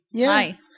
Hi